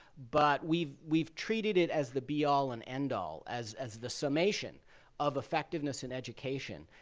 but we've we've treated it as the be all and end all, as as the summation of effectiveness in education.